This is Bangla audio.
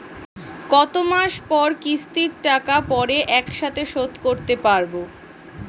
কত মাস পর কিস্তির টাকা পড়ে একসাথে শোধ করতে পারবো?